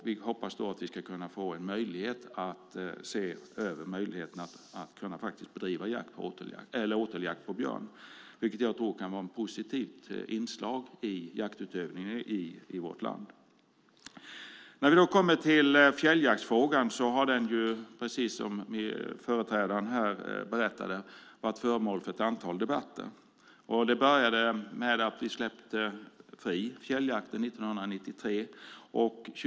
Vi hoppas på att då få en möjlighet att se över detta med åteljakt på björn, något som jag tror kan vara ett positivt inslag i jaktutövandet i vårt land. Fjälljaktsfrågan har, precis som föregående talare här berättat, varit föremål för ett antal debatter. Det började med att fjälljakten 1993 släpptes fri.